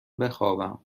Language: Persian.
بخوابم